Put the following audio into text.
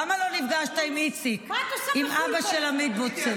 למה לא נפגשת עם איציק, אבא של עמית בונצל?